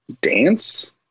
dance